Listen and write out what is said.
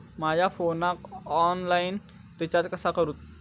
माझ्या फोनाक online recharge कसा करू?